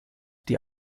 die